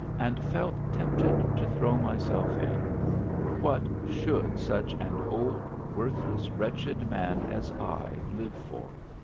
and felt tempted to throw myself in what should such an old worth less wretched man as i live for!